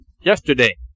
yesterday